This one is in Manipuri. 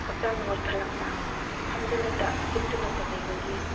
ꯍꯛꯆꯥꯡ ꯅꯣꯏꯈꯠꯂꯛꯄ ꯐꯝꯗꯨꯅꯇ ꯍꯤꯞꯇꯨꯅꯇ ꯂꯩꯕꯒꯤ